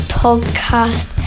podcast